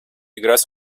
играть